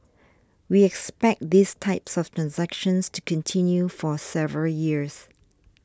we expect these types of transactions to continue for several years